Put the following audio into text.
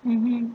mmhmm